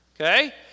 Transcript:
okay